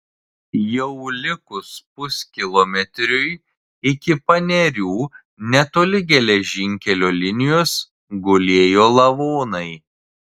jau likus puskilometriui iki panerių netoli geležinkelio linijos gulėjo lavonai